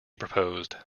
proposed